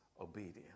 obedience